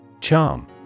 Charm